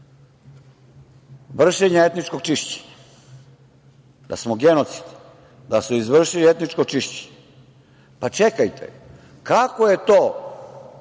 vršenja etničkog čišćenja, da smo genocidi, da su izvršili etničko čišćenje. Čekajte, kako je to